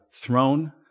throne